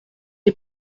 est